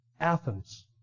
Athens